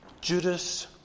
Judas